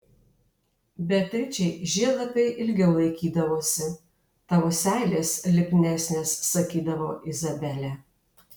beatričei žiedlapiai ilgiau laikydavosi tavo seilės lipnesnės sakydavo izabelė